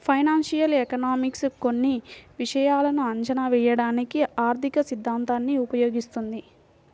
financial economics కొన్ని విషయాలను అంచనా వేయడానికి ఆర్థికసిద్ధాంతాన్ని ఉపయోగిస్తుంది